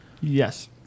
Yes